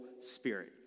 spirit